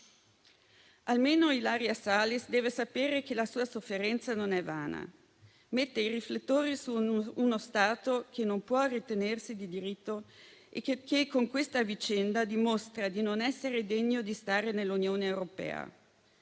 Ilaria Salis deve almeno sapere che la sua sofferenza non è vana; che mette sotto i riflettori uno Stato che non può ritenersi di diritto e che, con questa vicenda, dimostra di non essere degno di stare nell'Unione europea.